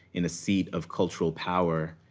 in a seat of cultural power,